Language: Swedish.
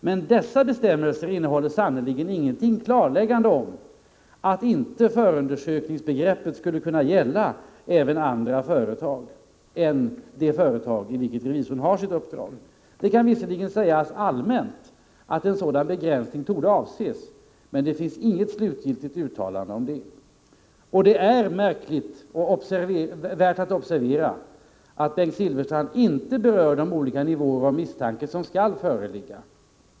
Men dessa bestämmelser innehåller sannerligen inget klarläggande om att inte förundersökningsbegreppet skulle kunna gälla även andra företag än det företag i vilket revisorn har sitt uppdrag. Det kan visserligen sägas allmänt att en sådan begränsning torde avses, men det finns inget slutgiltigt uttalande därom. Det är märkligt och värt att observera att Bengt Silfverstrand inte berör de olika nivåer av misstanke som skall föreligga.